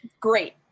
Great